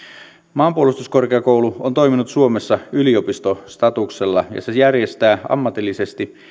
maanpuolustuskorkeakoulu on toiminut suomessa yliopistostatuksella järjestää ammatillisesti